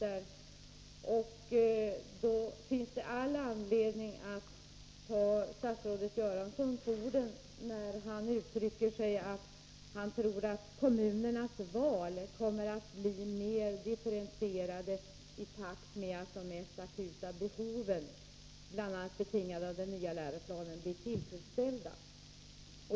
Då finns det all anledning att ta statsrådet Göransson på orden, när han uttrycker att han tror att kommunernas val kommer att bli mer differentierade i takt med att de mest akuta behoven, bl.a. betingade av den nya läroplanen, blir tillfredsställda.